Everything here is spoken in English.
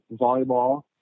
volleyball